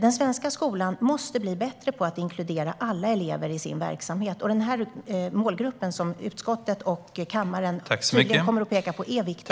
Den svenska skolan måste bli bättre på att inkludera alla elever i sin verksamhet. Den målgrupp som utskottet och kammaren tydligen kommer att peka på är viktig.